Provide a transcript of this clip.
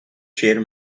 sheer